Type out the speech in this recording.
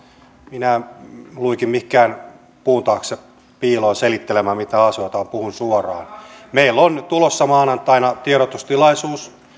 minä en luiki mihinkään puun taakse piiloon selittelemään mitään asioita vaan puhun suoraan meillä on tulossa maanantaina tiedotustilaisuus